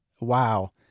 Wow